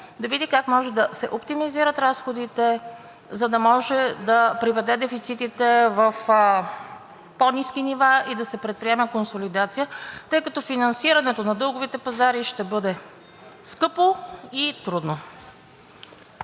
да види как може да се оптимизират разходите, за да може да приведе дефицитите в по-ниски нива и да се предприеме консолидация, тъй като финансирането на дълговите пазари ще бъде скъпо и трудно.